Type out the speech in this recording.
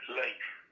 life